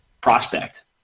prospect